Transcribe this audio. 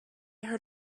heard